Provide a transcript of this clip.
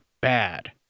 bad